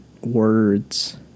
words